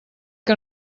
que